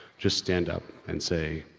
just stand up and say.